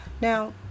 Now